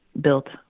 built